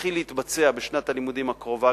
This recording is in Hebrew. תתחיל להתבצע בשנת הלימודים הקרובה,